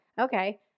Okay